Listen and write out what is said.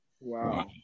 wow